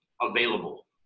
available